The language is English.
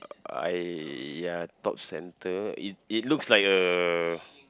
I ya top center it it looks like uh